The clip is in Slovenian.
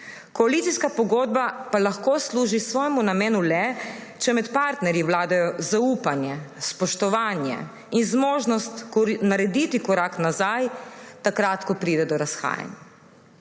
Koalicijska pogodba pa lahko služi svojemu namenu le, če med partnerji vladajo zaupanje, spoštovanje in zmožnost narediti korak nazaj, takrat ko pride do razhajanj.